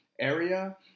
area